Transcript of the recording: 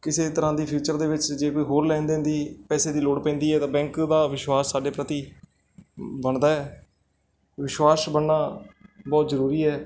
ਕਿਸੇ ਤਰ੍ਹਾਂ ਦੀ ਫਿਊਚਰ ਦੇ ਵਿੱਚ ਜੇ ਕੋਈ ਹੋਰ ਲੈਣ ਦੇਣ ਦੀ ਪੈਸੇ ਦੀ ਲੋੜ ਪੈਂਦੀ ਹੈ ਤਾਂ ਬੈਂਕ ਦਾ ਵਿਸ਼ਵਾਸ ਸਾਡੇ ਪ੍ਰਤੀ ਬਣਦਾ ਹੈ ਵਿਸ਼ਵਾਸ ਬਣਨਾ ਬਹੁਤ ਜ਼ਰੂਰੀ ਹੈ